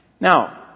Now